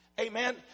Amen